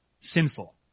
sinful